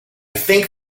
think